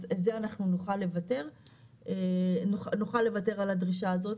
אז זה אנחנו נוכל לוותר על הדרישה הזאת,